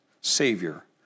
savior